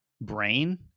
brain